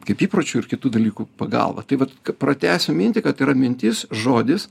kaip įpročių ir kitų dalykų pagalba tai vat pratęsiu mintį kad tai yra mintis žodis